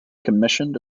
commissioned